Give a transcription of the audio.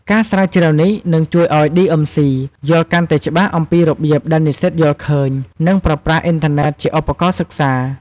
ការស្រាវជ្រាវនេះនឹងជួយឱ្យ ឌីអឹមស៊ី (DMC) យល់កាន់តែច្បាស់អំពីរបៀបដែលនិស្សិតយល់ឃើញ និងប្រើប្រាស់អ៊ីនធឺណិតជាឧបករណ៍សិក្សា។